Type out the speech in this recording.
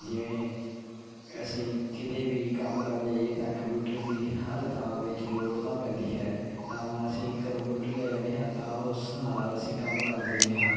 ਜਿਵੇਂ ਅਸੀਂ ਕਿਤੇ ਵੀ ਕੰਮ ਕਰਨ ਜਾਈਏ ਤਾਂ ਕੰਪਿਊਟਰ ਦੀ ਹਰ ਥਾਂ ਵਿੱਚ ਲੋੜ ਤਾਂ ਪੈਂਦੀ ਹੈ ਤਾਂ ਅਸੀਂ ਘਰੋਂ ਕੰਪਿਊਟਰ ਲੈ ਜਾਂਦੇ ਹਾਂ ਤਾਂ ਉਸ ਨਾਲ ਅਸੀਂ ਕੰਮ ਕਰ ਦਿੰਦੇ ਹਾਂ